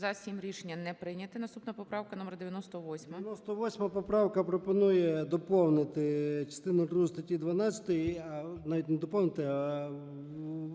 За-7 Рішення не прийнято. Наступна поправка номер 98.